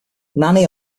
nanny